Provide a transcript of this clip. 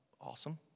awesome